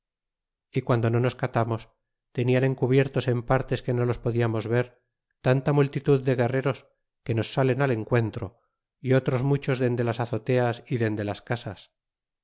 y guando no nos catamos tenían encubiertos en partes que no los podíamos ver tanta mtiltitud de guerreros que nos salen al encuentro y otros muchos dende las azoteas é dende las casas